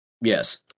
Yes